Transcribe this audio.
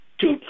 Two